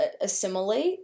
assimilate